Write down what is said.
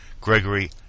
Gregory